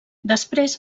després